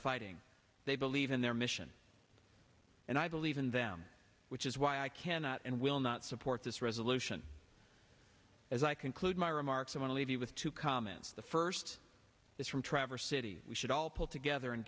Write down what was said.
fighting they believe in their mission and i believe in them which is why i cannot and will not support this resolution as i conclude my remarks i want to leave you with two comments the first is from traverse city we should all pull together and